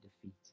defeat